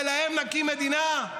ולהם נקים מדינה?